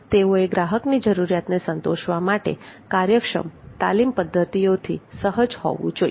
તેઓએ ગ્રાહકની જરૂરિયાતને સંતોષવા માટે કાર્યક્ષમ તાલીમ પદ્ધતિઓથી સહજ હોવું જોઈએ